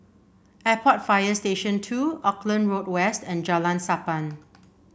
Airport Fire Station Two Auckland Road West and Jalan Sappan